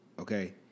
okay